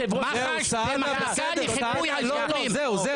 כאיש מח"ש --- שאנשים נכנסו לכלא על זה שהרגו ערבים.